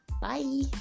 bye